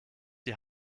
die